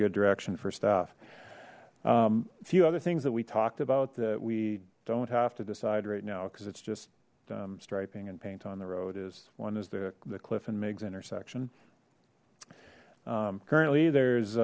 good direction for staff a few other things that we talked about that we don't have to decide right now because it's just striping and paint on the road is one is the cliff and miggs intersection currently there's